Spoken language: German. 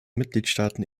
mitgliedstaaten